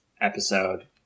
episode